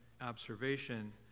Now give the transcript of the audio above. observation